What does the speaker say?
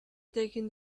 taking